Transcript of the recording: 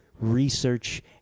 research